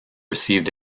received